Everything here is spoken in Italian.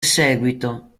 seguito